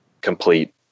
complete